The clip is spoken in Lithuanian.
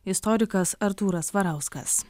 istorikas artūras svarauskas